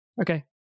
okay